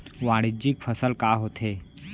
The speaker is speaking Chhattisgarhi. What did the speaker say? वाणिज्यिक फसल का होथे?